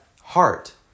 heart